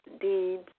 deeds